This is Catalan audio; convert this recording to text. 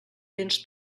véns